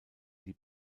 die